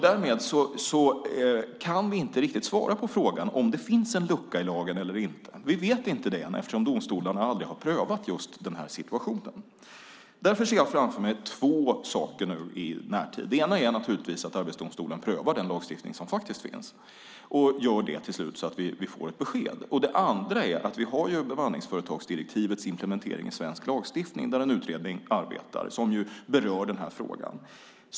Därmed kan vi inte riktigt svara på frågan om det finns en lucka i lagen eller inte. Vi vet inte det än, eftersom domstolarna aldrig har prövat denna situation. Jag ser därför två saker framför mig i närtid. Den ena är naturligtvis att Arbetsdomstolen prövar den lagstiftning som faktiskt finns och att vi får ett besked. Den andra är bemanningsföretagsdirektivets implementering i svensk lagstiftning, som berör denna fråga och där en utredning arbetar.